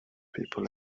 people